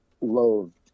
loathed